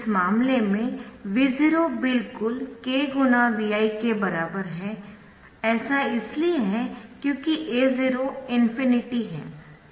इस मामले में V0 बिल्कुल k V i के बराबर है ऐसा इसलिए है क्योंकि A0 ∞ है